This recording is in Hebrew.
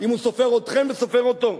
אם הוא סופר אתכם וסופר אותו.